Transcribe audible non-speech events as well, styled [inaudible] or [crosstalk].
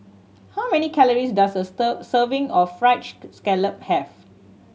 how many calories does a [unintelligible] serving of fried [unintelligible] scallop have